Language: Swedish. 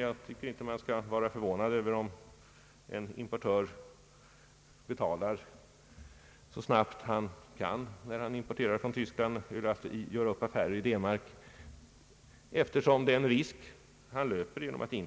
Jag tycker inte att vi bör vara förvånade över om en importör betalar så snabbt han kan, när han importerar från Tyskland och skall göra upp affären i D-mark, eftersom han kan göra en förlust, om han väntar,